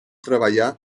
treballar